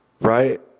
Right